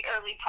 early